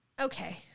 Okay